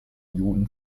juden